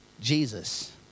Jesus